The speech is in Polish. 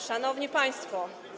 Szanowni Państwo!